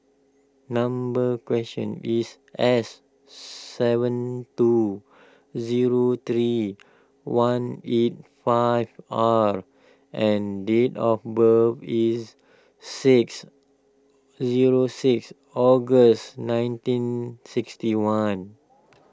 number question is S seven two zero three one eight five R and date of birth is six zero six August nineteen sixty one